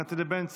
נתתי לבן צור.